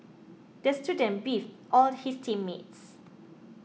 the student beefed all his team mates